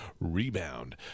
rebound